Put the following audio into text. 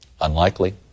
Unlikely